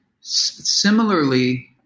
similarly